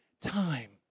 time